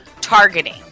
targeting